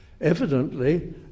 Evidently